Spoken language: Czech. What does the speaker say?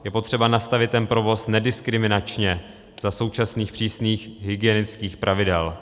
Je potřeba nastavit ten provoz nediskriminačně za současných přísných hygienických pravidel.